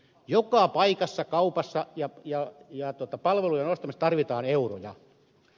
joka paikassa kaupassa ja palvelujen ostamisessa tarvitaan euroja